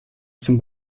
zum